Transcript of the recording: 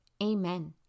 Amen